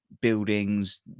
buildings